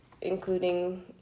including